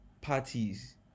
parties